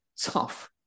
tough